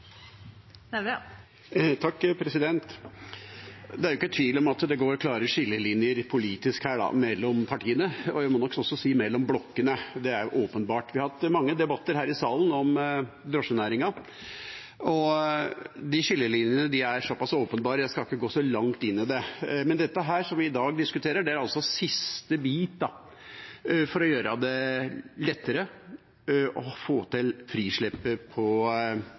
jo ikke tvil om at det går klare skillelinjer politisk mellom partiene her, og jeg må nok også si mellom blokkene. Det er jo åpenbart. Vi har hatt mange debatter her i salen om drosjenæringa, og skillelinjene er såpass åpenbare at jeg ikke skal gå så langt inn i det. Det vi i dag diskuterer, er altså siste bit for å gjøre det lettere å få til